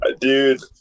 Dude